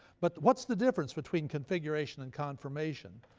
but what's the difference between configuration and confirmation?